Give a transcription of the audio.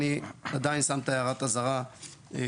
אני עדיין שם את הערת אזהרה שאמרתי.